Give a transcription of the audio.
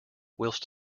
whilst